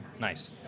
Nice